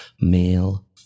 male